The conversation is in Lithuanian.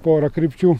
pora krypčių